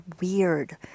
weird